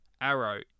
Arrow